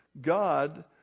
God